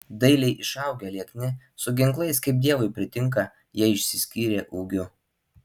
dailiai išaugę liekni su ginklais kaip dievui pritinka jie išsiskyrė ūgiu